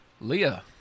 leah